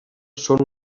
són